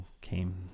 came